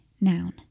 Noun